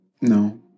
No